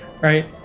right